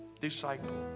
disciple